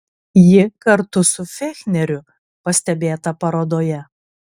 ji kartu su fechneriu pastebėta parodoje